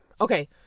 Okay